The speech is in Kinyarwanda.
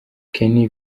ken